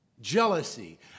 jealousy